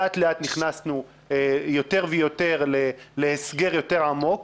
לאט-לאט נכנסנו יותר ויותר להסגר יותר עמוק,